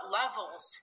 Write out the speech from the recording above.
levels